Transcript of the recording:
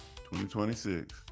2026